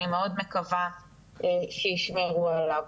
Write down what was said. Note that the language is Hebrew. אני מאוד מקווה שישמרו עליו.